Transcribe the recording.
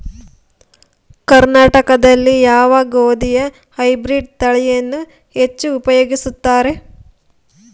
ಕರ್ನಾಟಕದಲ್ಲಿ ಯಾವ ಗೋಧಿಯ ಹೈಬ್ರಿಡ್ ತಳಿಯನ್ನು ಹೆಚ್ಚು ಉಪಯೋಗಿಸುತ್ತಾರೆ?